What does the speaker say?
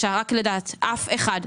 אף אחד.